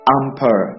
amper